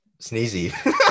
sneezy